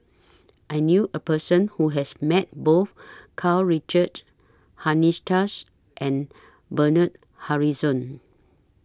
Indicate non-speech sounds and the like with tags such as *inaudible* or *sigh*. I knew A Person Who has Met Both Karl Richard *unintelligible* and Bernard Harrison